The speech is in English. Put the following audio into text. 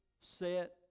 set